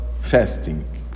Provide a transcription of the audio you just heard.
fasting